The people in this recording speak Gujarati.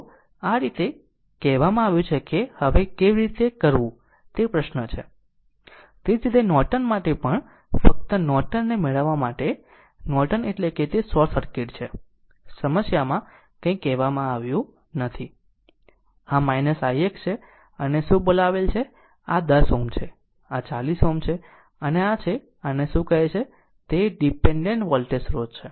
તો તે રીતે કહેવામાં આવ્યું છે કે હવે તે કેવી રીતે કરવું તે પ્રશ્ન છે તે જ રીતે નોર્ટન માટે પણ ફક્ત નોર્ટન ને મેળવવા માટે નોર્ટન એટલે કે તે શોર્ટ સર્કિટ છે સમસ્યામાં કંઇ કહેવામાં આવ્યું નથી આ ix ' છે અને - શું બોલાવેલ છે અને આ 10 Ω છે અને આ 40 Ω છે અને આ છે આને શું કહે છે તે ડીપેન્ડેન્ટ વોલ્ટેજ સ્રોત છે